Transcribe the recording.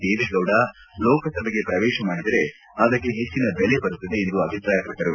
ದೇವೇಗೌಡ ಲೋಕಸಭೆಗೆ ಪ್ರವೇಶ ಮಾಡಿದರೆ ಅದಕ್ಕೆ ಹೆಚ್ಚಿನ ಬೆಲೆ ಬರುತ್ತದೆ ಎಂದು ಅಭಿಪ್ರಾಯಪಟ್ಟರು